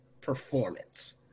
performance